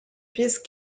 piste